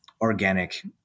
organic